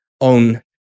own